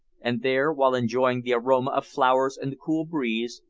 and there, while enjoying the aroma of flowers and the cool breeze,